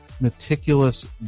Meticulous